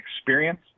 experience